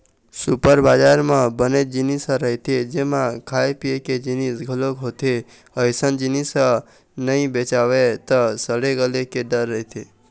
super बजार म बनेच जिनिस ह रहिथे जेमा खाए पिए के जिनिस घलोक होथे, अइसन जिनिस ह नइ बेचावय त सड़े गले के डर रहिथे